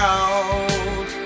out